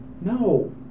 no